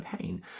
pain